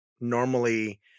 normally